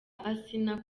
asinah